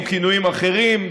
או כינויים אחרים.